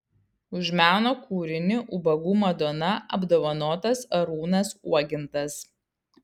už meno kūrinį ubagų madona apdovanotas arūnas uogintas